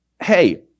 hey